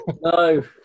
no